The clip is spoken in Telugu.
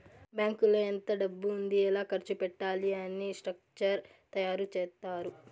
బ్యాంకులో ఎంత డబ్బు ఉంది ఎలా ఖర్చు పెట్టాలి అని స్ట్రక్చర్ తయారు చేత్తారు